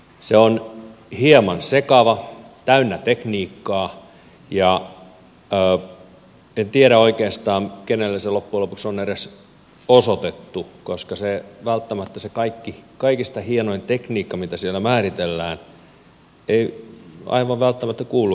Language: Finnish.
se on hieman sekava täynnä tekniikkaa ja en oikeastaan tiedä kenelle se loppujen lopuksi on edes osoitettu koska se kaikista hienoin tekniikka mitä siellä määritellään ei aivan välttämättä kuulu edes tänne